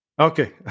Okay